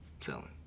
telling